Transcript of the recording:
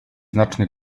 znacznie